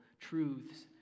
truths